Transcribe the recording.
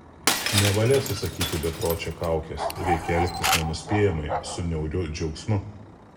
nevalia atsisakyti bepročio kaukės reikia elgtis nenuspėjamai su niauriu džiaugsmu